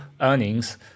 earnings